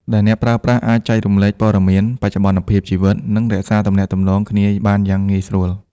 ដែលអ្នកប្រើប្រាស់អាច ចែករំលែកព័ត៌មាន បច្ចុប្បន្នភាពជីវិត និងរក្សាទំនាក់ទំនងគ្នាបានយ៉ាងងាយស្រួល។